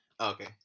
Okay